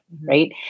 Right